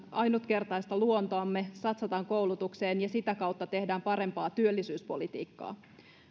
ainutkertaista luontoamme satsaamme koulutukseen ja sitä kautta teemme parempaa työllisyyspolitiikkaa